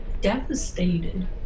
devastated